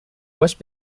west